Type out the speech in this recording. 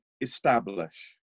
establish